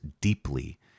deeply